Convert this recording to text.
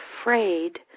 afraid